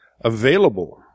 Available